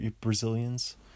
Brazilians